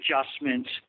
adjustments